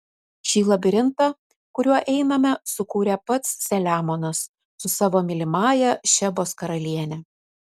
šį labirintą kuriuo einame sukūrė pats saliamonas su savo mylimąja šebos karaliene